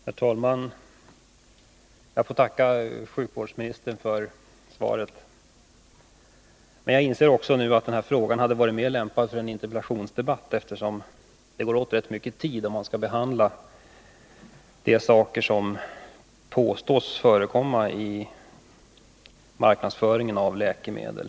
Herr talman! Jag får tacka sjukvårdsministern för svaret. Jag inser nu att denna fråga hade varit mera lämpad för en interpellationsdebatt, eftersom det går åt rätt mycket tid om man skall diskutera de saker som påstås förekomma i marknadsföringen av läkemedel.